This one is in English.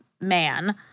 man